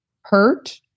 hurt